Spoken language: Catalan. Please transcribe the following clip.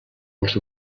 als